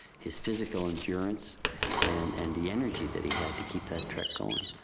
his physical endurance and and the energy that he had to keep that trek going.